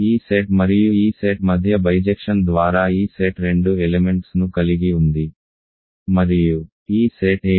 ఈ సెట్ మరియు ఈ సెట్ మధ్య బైజెక్షన్ ద్వారా ఈ సెట్ రెండు ఎలెమెంట్స్ ను కలిగి ఉంది మరియు ఈ సెట్ ఏమిటి